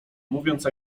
mówiąc